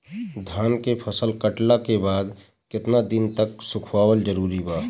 धान के फसल कटला के बाद केतना दिन तक सुखावल जरूरी बा?